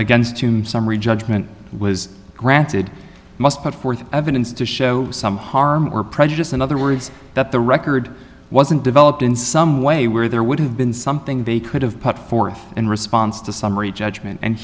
against whom summary judgment was granted must put forth evidence to show some harm or prejudice in other words that the record wasn't developed in some way where there would have been something they could have put forth in response to summary judgment and